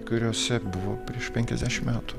kuriose buvo prieš penkiasdešim metų